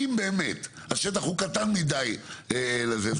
אם באמת השטח הוא קטן מידי לזה,